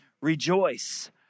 rejoice